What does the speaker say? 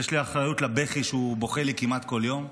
יש לי אחריות לבכי שהוא בוכה לי כמעט כל יום.